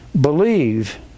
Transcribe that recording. believe